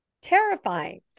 terrifying